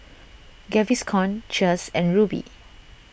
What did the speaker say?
Gaviscon Cheers and Rubi